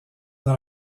dans